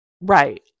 Right